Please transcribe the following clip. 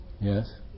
Yes